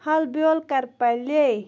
ہا بیٛوٗل کَر پُلے